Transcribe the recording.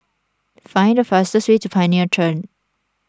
find the fastest way to Pioneer Turn